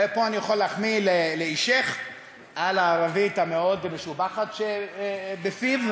ופה אני יכול להחמיא לאישך על הערבית המאוד-משובחת שבפיו.